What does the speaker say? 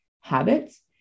habits